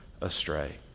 astray